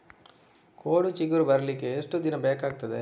ಕೋಡು ಚಿಗುರು ಬರ್ಲಿಕ್ಕೆ ಎಷ್ಟು ದಿನ ಬೇಕಗ್ತಾದೆ?